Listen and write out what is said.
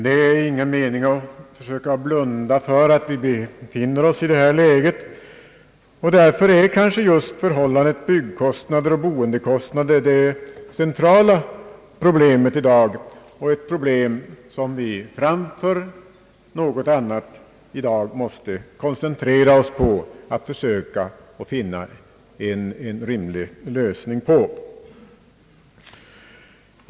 Det är ingen mening i att försöka blunda för att vi befinner oss i detta läge. Därför är kanske just förhållandet mellan byggkostnader och boendekostnader det centrala problemet i dag, ett problem som vi framför något annat måste koncentrera oss på att försöka finna en rimlig lösning på.